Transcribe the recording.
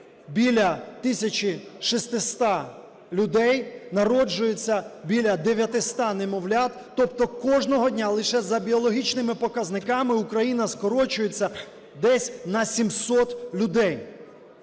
тисячі 600 людей, народжується біля 900 немовлят, тобто кожного дня лише за біологічними показниками Україна скорочується десь на 700 людей,